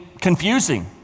confusing